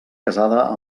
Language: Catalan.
casada